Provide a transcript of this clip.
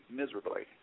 miserably